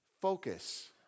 Focus